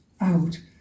out